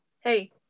hey